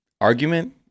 argument